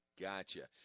Gotcha